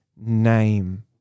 name